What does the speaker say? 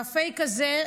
והפייק הזה,